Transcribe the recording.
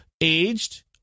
aged